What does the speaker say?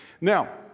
Now